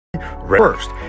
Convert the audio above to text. First